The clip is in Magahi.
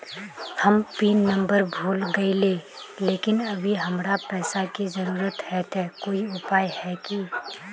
हम पिन नंबर भूल गेलिये लेकिन अभी हमरा पैसा के जरुरत है ते कोई उपाय है की?